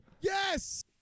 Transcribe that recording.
Yes